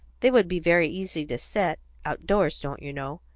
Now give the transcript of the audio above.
they would be very easy to set, outdoors, don't you know,